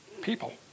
people